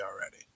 already